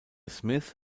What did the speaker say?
smiths